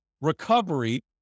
recovery